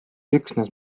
üksnes